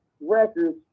Records